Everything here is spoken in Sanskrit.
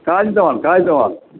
खादितवान् खादितवान् का